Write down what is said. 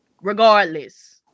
regardless